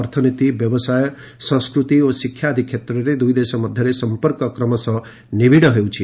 ଅର୍ଥନୀତି ବ୍ୟବସାୟ ସଂସ୍କୃତି ଓ ଶିକ୍ଷା ଆଦି କ୍ଷେତ୍ରରେ ଦୁଇଦେଶ ମଧ୍ୟରେ ସଫପର୍କ କ୍ରମଶଃ ନିବିଡ଼ ହେଉଛି